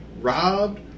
robbed